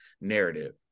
narrative